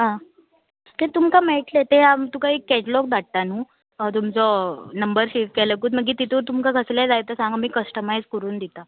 आं तें तुमकां मेळटलें तें आम तुका एक कॅटलॉग धाडटा न्हू तुमचो नंबर सेव केल्याकूत मागीर तितूंत तुमकां कसलेंय जाय तर सांग आमी कस्टमायज करून दिता